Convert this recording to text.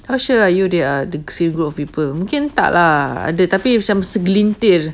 how sure are you there are the same group of people mungkin tak lah ada tapi segelintir